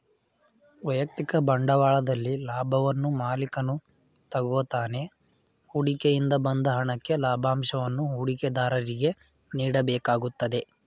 ವೈಯಕ್ತಿಕ ಬಂಡವಾಳದಲ್ಲಿ ಲಾಭವನ್ನು ಮಾಲಿಕನು ತಗೋತಾನೆ ಹೂಡಿಕೆ ಇಂದ ಬಂದ ಹಣಕ್ಕೆ ಲಾಭಂಶವನ್ನು ಹೂಡಿಕೆದಾರರಿಗೆ ನೀಡಬೇಕಾಗುತ್ತದೆ